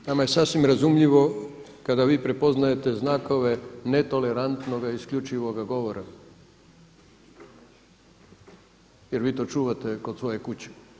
Nama je sasvim razumljivo kada vi prepoznajete znakove netolerantnoga isključivoga govora jer vi to čuvate kod svoje kuće.